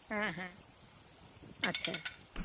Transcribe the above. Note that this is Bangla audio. হ্যাঁ হ্যাঁ আচ্ছা